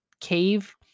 cave